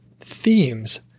themes